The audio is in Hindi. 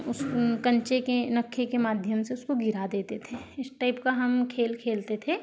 उस कंचे के नक्खे के माध्यम से उसको गिरा देते थे इस टाइप का हम खेल खेलते थे